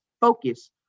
focus